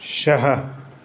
छह